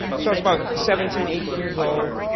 so was about seventeen, eighteen years old.